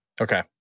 Okay